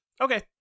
Okay